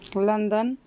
London